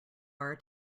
are